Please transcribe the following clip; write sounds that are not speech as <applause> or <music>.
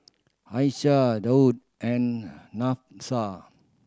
Aisyah Daud and <unintelligible>